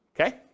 okay